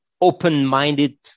open-minded